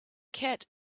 cat